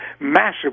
massive